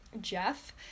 Jeff